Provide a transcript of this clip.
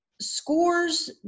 scores